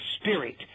spirit